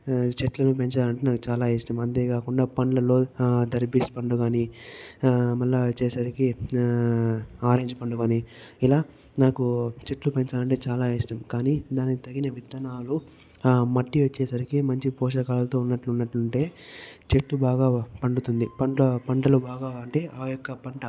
చెట్లను పెంచాలంటే నాకు చాలా ఇష్టము అంతేకాకుండా పండ్లలో థెరపీస్ పండు కాని మళ్లీ వచ్చేసరికి ఆరెంజ్ పండు కాని ఇలా నాకు చెట్లు పెంచాలంటే చాలా ఇష్టం కానీ దానికి తగిన విత్తనాలు ఆ మట్టి వచ్చేసరికి మంచి పోషకాలతో ఉన్నట్లు ఉన్నట్లు ఉంటే చెట్టు బాగా పండుతుంది పంట పంటలు బాగా అంటే ఆ యొక్క పంట